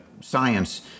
science